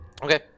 Okay